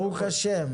ברוך ה'.